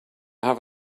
have